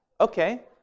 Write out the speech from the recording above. Okay